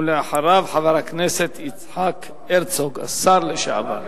ואחריו, חבר הכנסת יצחק הרצוג, השר לשעבר.